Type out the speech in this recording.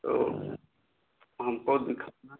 तो हमको दिखाना